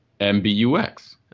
MBUX